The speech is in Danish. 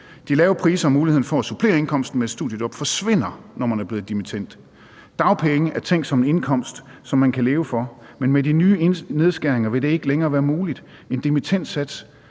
De lave priser og muligheden for at supplere indkomsten med et studiejob forsvinder, når man er blevet dimittend. Dagpenge er tænkt som en indkomst, som man kan leve for, men med de nye nedskæringer vil det ikke længere være muligt. En dimittendsats